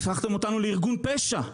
הפכתם אותנו לארגון פשע.